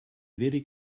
very